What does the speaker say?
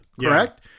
correct